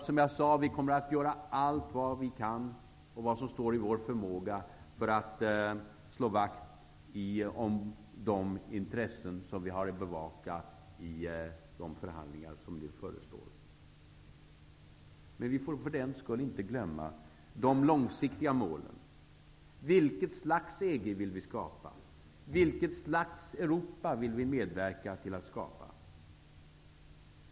Som jag sade kommer vi att göra allt vi kan och vad som står i vår förmåga för att slå vakt om de intressen som vi har att bevaka i de förhandlingar som nu förestår. Men vi får för den skull inte glömma de långsiktiga målen: Vilket slags EG vill vi skapa? Vilket slags Europa vill vi medverka till att skapa?